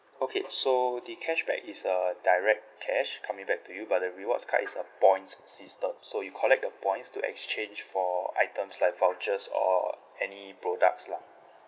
okay so the cashback is uh direct cash coming back to you but the rewards card is a points system so you collect the points to exchange for items like vouchers or any products lah